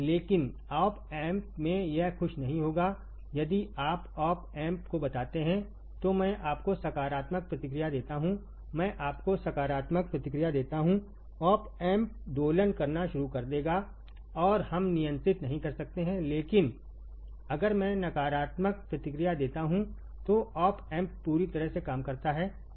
लेकिन op amp में यह खुश नहीं होगा यदि आप ऑप एम्प को बताते हैं तो मैं आपको सकारात्मक प्रतिक्रिया देता हूं मैं आपको सकारात्मक प्रतिक्रिया देता हूं ऑप एम्प दोलन करना शुरू कर देगा और हम नियंत्रित नहीं कर सकते हैं लेकिन अगर मैं नकारात्मक प्रतिक्रिया देता हूं तो ऑप एम्प पूरी तरह से काम करता है